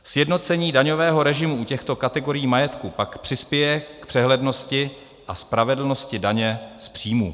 Sjednocení daňového režimu u těchto kategorií majetku pak přispěje k přehlednosti a spravedlnosti daně z příjmů.